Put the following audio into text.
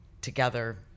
together